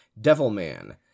Devilman